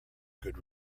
good